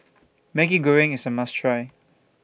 Maggi Goreng IS A must Try